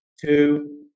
Two